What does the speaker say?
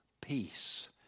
peace